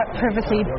privacy